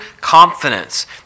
confidence